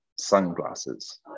sunglasses